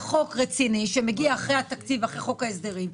חוק רציני שמגיע אחרי התקציב ואחרי חוק ההסדרים.